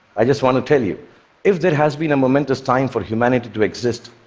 i just want to tell you if there has been a momentous time for humanity to exist,